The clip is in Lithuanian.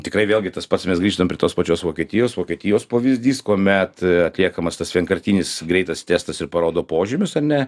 tikrai vėlgi tas pats mes grįžtam prie tos pačios vokietijos vokietijos pavyzdys kuomet atliekamas tas vienkartinis greitas testas ir parodo požymius ane